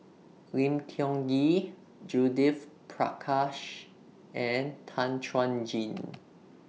Lim Tiong Ghee Judith Prakash and Tan Chuan Jin